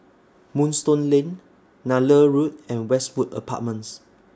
Moonstone Lane Nallur Road and Westwood Apartments